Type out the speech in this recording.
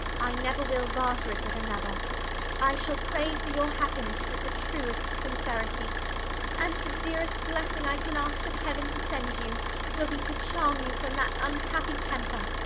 i never will barter it with another i shall pray for your happiness with the truest sincerity and the dearest blessing i can ask of heaven to send you will be to charm you from that unhappy temper,